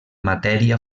matèria